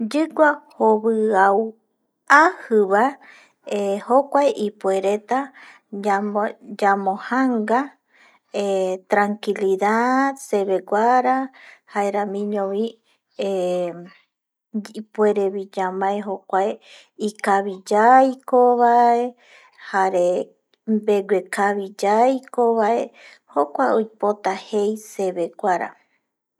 Yigua jobiauajibae jokuae ipuereta yamojanga eh trankilidad sebe guara jaeramiño bi eh ipuere bi ñamae jokuae re ikabi yae yuaiko ba jare begue kabi yaiko bae jokuae oipota jei sebe guara